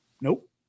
nope